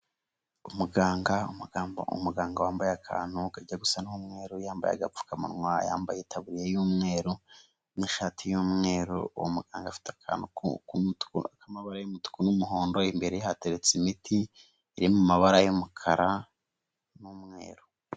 Umuganga, umuganga wambaye akantu kajya gusa n'umweru, yambaye agapfukamunwa, yambaye itaburiya y'umweru n'ishati y'umweru, uwo muganga afite akantu k'umutuku k'amabara y'umutuku n'umuhondo, imbere hateretse imiti iri mu mabara y'umukara n'umweru.